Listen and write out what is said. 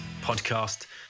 podcast